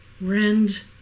Rend